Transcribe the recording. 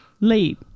late